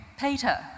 Peter